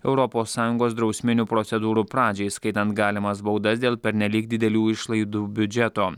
europos sąjungos drausminių procedūrų pradžią įskaitant galimas baudas dėl pernelyg didelių išlaidų biudžeto